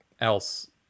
else